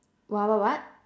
what what what